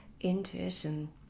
intuition